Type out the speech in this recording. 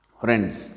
friends